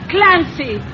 Clancy